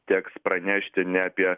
teks pranešti ne apie